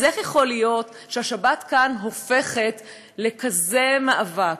אז איך יכול להיות שהשבת כאן הופכת לכזה מאבק,